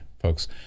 folks